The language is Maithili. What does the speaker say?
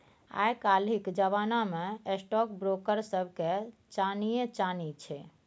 आय काल्हिक जमाना मे स्टॉक ब्रोकर सभके चानिये चानी छै